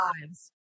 lives